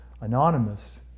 anonymous